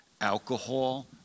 alcohol